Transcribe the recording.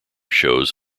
shows